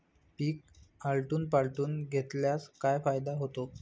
पीक आलटून पालटून घेतल्यास काय फायदा होतो?